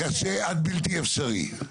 קשה עד בלתי אפשרי.